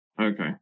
Okay